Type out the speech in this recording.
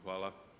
Hvala.